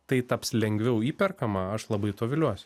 tai taps lengviau įperkama aš labai to viliuos